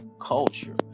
culture